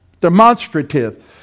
demonstrative